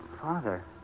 Father